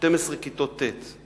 12 כיתות ט',